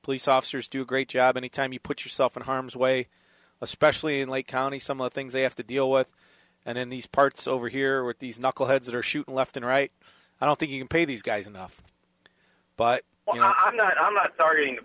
police officers do a great job any time you put yourself in harm's way especially in lake county some of things they have to deal with and in these parts over here with these knuckleheads that are shoot left and right i don't think you can pay these guys enough but you know i'm not i'm not targeting